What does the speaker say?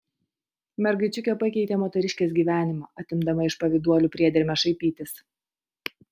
mergaičiukė pakeitė moteriškės gyvenimą atimdama iš pavyduolių priedermę šaipytis